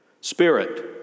Spirit